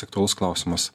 aktualus klausimas